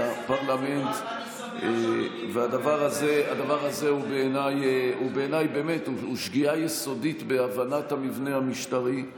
אני שמח שאדוני הדבר הזה הוא בעיני שגיאה יסודית בהבנת המבנה המשטרי,